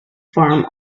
farm